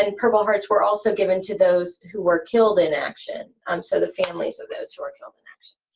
and purple hearts were also given to those who were killed in action, um so the families of those who were killed in action.